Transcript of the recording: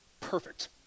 perfect